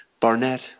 Barnett